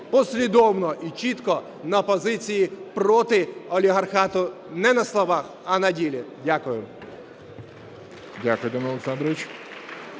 послідовно і чітко на позиції проти олігархату не на словах, а на ділі. Дякую.